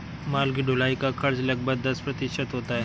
माल की ढुलाई का खर्च लगभग दस प्रतिशत होता है